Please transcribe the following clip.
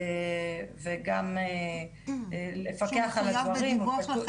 וגם לפקח על הדברים.